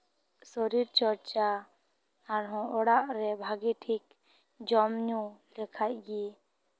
ᱥᱚᱨᱤᱨ ᱪᱚᱨᱪᱟ ᱟᱨᱦᱚᱸ ᱚᱲᱟᱜ ᱨᱮ ᱵᱷᱟᱜᱮ ᱴᱷᱤᱠ ᱡᱚᱢ ᱧᱩ ᱞᱮᱠᱷᱟᱡ ᱜᱮ